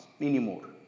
anymore